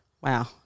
wow